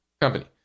company